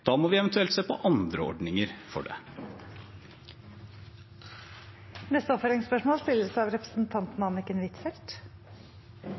Da må vi eventuelt se på andre ordninger for det. Det blir oppfølgingsspørsmål